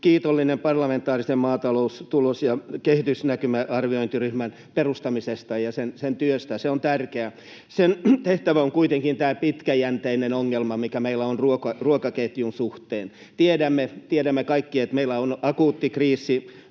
kiitollinen parlamentaarisen maatalouden tulos- ja kehitysnäkymien arviointiryhmän perustamisesta ja sen työstä. Se on tärkeä. Sen tehtävään liittyy kuitenkin tämä pitkäjänteinen ongelma, mikä meillä on ruokaketjun suhteen. Tiedämme kaikki, että meillä on akuutti kriisi